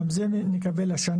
גם את זה נקבל השנה,